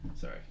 sorry